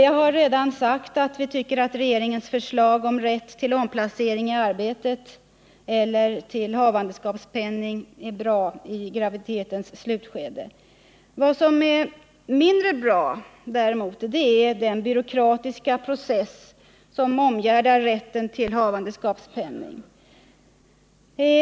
Jag har redan sagt att vi tycker att regeringens förslag om rätt till omplacering i arbetet eller till havandeskapspenning i graviditetens slutskede är bra. Vad som däremot är mindre bra är den byråkratiska process som omgärdar rätten till havandeskapspenning.